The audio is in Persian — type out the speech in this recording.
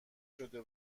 شده